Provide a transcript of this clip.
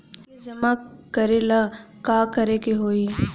किस्त जमा करे ला का करे के होई?